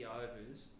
overs